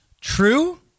true